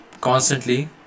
constantly